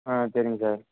ஆ சரிங்க சார்